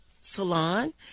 salon